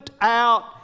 out